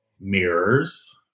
mirrors